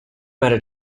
matter